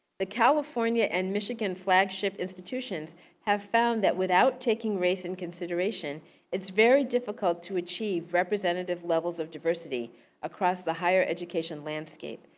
the california and michigan flagship institutions have found that without taking race into and consideration it's very difficult to achieve representative levels of diversity across the higher education landscape.